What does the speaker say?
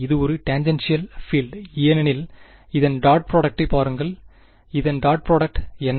இது ஒரு tangential field ஏனெனில் இதன் டாட் பிராடக்ட் ஐ பாருங்கள் இதன் டாட் பிராடக்ட் என்ன